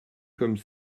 comme